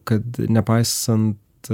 kad nepaisant